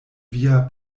via